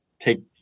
Take